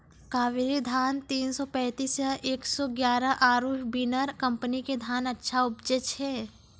कावेरी धान तीन सौ तेंतीस या एक सौ एगारह आरु बिनर कम्पनी के धान अच्छा उपजै छै?